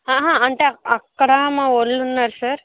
ఆహా అంటే అక్కడ మావోళ్ళున్నారు సార్